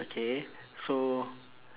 okay so